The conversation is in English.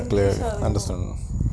clear understand